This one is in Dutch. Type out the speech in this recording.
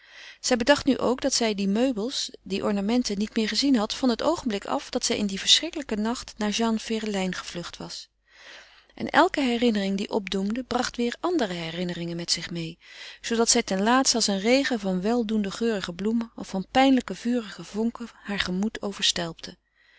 zij bedacht nu ook dat zij die meubels die ornamenten niet meer gezien had van het oogenblik af dat zij in dien verschrikkelijken nacht naar jeanne ferelijn gevlucht was en elke herinnering die opdoemde bracht weder andere herinneringen met zich mede zoodat zij ten laatste als een regen van weldoende geurige bloemen of van pijnlijke vurige vonken haar gemoed